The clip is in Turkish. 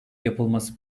yapılması